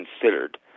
considered